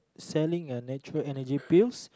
selling a nature Energy Pills